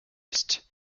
used